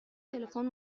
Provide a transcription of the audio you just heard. تلفن